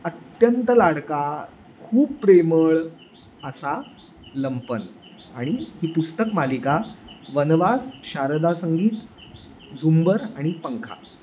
अत्यंत लाडका खूप प्रेमळ असा लंपन आणि ही पुस्तक मालिका वनवास शारदा संगीत झुंबर आणि पंखा